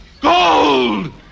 Gold